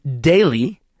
daily